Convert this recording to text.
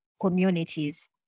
communities